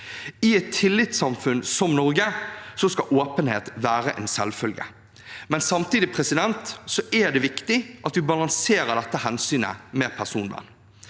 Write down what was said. I et tillitssamfunn som Norge skal åpenhet være en selvfølge, men samtidig er det viktig at vi balanserer dette hensynet mot personvern.